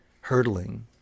hurtling